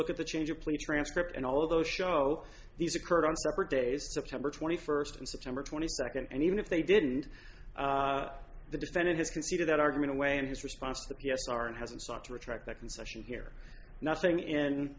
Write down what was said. look at the change of plea transcript and all of those show these occurred on separate days september twenty first and september twenty second and even if they didn't the defendant has conceded that argument away in his response that yes aren't hasn't sought to retract that concession here nothing in